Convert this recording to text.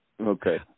Okay